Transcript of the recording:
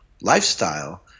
lifestyle